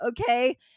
okay